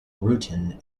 rutan